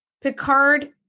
Picard